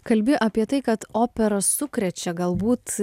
kalbi apie tai kad operos sukrečia galbūt